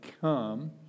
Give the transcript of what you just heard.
come